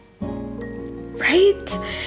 Right